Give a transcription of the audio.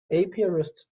apiarist